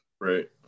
Right